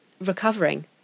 recovering